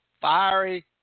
fiery